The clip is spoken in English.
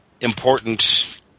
important